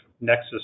nexus